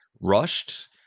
rushed